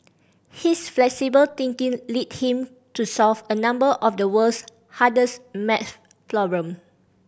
his flexible thinking led him to solve a number of the world's hardest maths problem